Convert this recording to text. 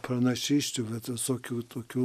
pranašysčių bet visokių tokių